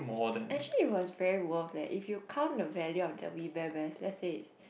actually it was very worth leh if you count the value of the we bear bears let's say